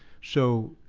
so,